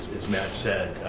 as matt said,